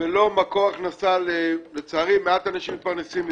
ולא כמקור הכנסה למעט מידי אנשים שלצערי מתפרנסים מזה.